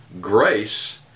Grace